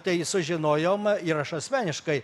tai sužinojom ir aš asmeniškai